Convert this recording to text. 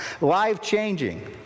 Life-changing